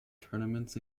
tournaments